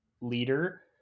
leader